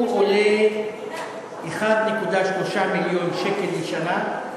הוא עולה 1.3 מיליון שקל לשנה.